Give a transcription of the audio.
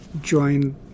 join